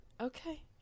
Okay